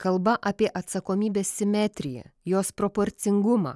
kalba apie atsakomybės simetriją jos proporcingumą